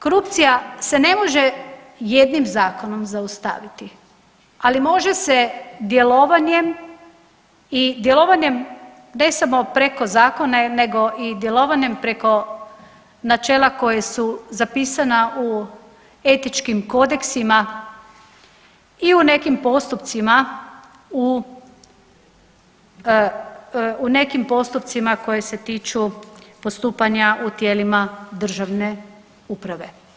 Korupcija se ne može jednim zakonom zaustaviti, ali može se djelovanjem i djelovanjem ne samo preko zakona nego i djelovanjem preko načela koja su zapisana u etičkim kodeksima i u nekim postupcima u nekim postupcima koji se tiču postupanja u tijelima državne uprave.